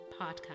podcast